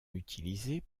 utilisée